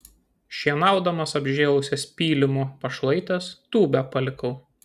šienaudamas apžėlusias pylimo pašlaites tūbę palikau